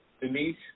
Denise